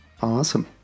awesome